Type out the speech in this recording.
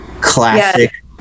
classic